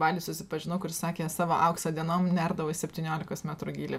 baly susipažinau kuris sakė savo aukso dienom nerdavo į septyniolikos metrų gylį